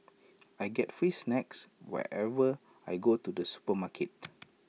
I get free snacks whenever I go to the supermarket